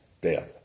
death